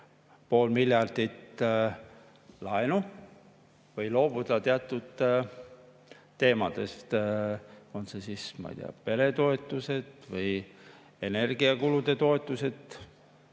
pool miljardit laenu või loobuda teatud teemadest – noh, ma ei tea, peretoetustest või energiakulude toetustest.